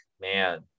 man